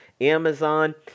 Amazon